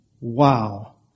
wow